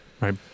Right